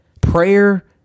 prayer